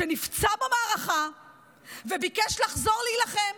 גיבור ישראל, שנפצע במערכה וביקש לחזור להילחם.